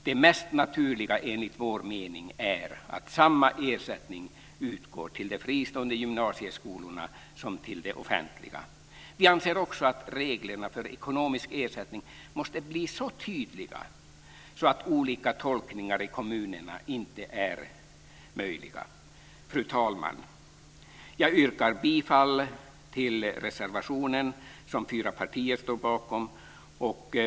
Det mest naturliga, enligt vår mening, är att samma ersättning utgår till de fristående gymnasieskolorna som till de offentliga. Vi anser också att reglerna för ekonomisk ersättning måste bli så tydliga att olika tolkningar i kommunerna inte är möjliga. Fru talman! Jag yrkar bifall till den reservation som fyra partier står bakom.